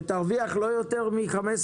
שתרוויח לא יותר מ-15